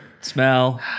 smell